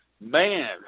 man